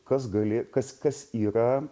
kas gali kas kas yra